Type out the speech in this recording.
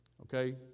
okay